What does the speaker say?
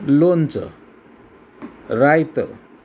लोणचं रायतं